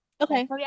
Okay